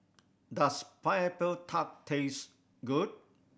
does Pineapple Tart taste good